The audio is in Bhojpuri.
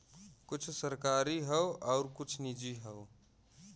कुछ सरकारी हौ आउर कुछ निजी हौ